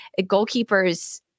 goalkeepers